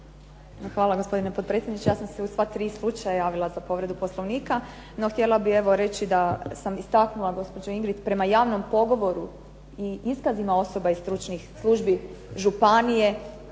Hvala gospodine potpredsjedniče. Ja sam se za sva tri slučaja javila za povredu Poslovnika, no htjela bih evo reći da sam istaknula gospođo Ingrid prema javnom pogovoru i iskazima osoba iz stručnih službi županije